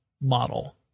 model